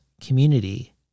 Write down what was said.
community